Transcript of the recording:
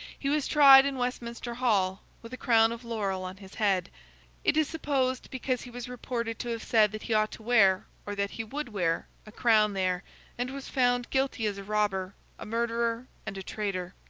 he was tried in westminster hall, with a crown of laurel on his head it is supposed because he was reported to have said that he ought to wear, or that he would wear, a crown there and was found guilty as a robber, a murderer, and a traitor.